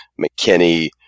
McKinney